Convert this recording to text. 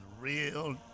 real